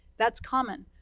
that's common.